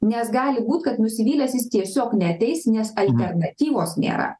nes gali būt kad nusivylęs jis tiesiog neateis nes alternatyvos nėra